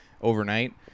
overnight